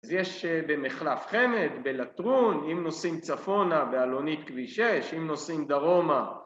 אז יש במחלף חמד, בלטרון, אם נוסעים צפונה בעלונית כביש 6, אם נוסעים דרומה